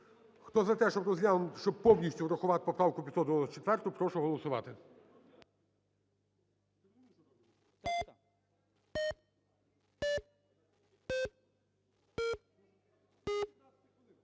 Хто за те, щоб повністю врахувати поправку 594, прошу голосувати.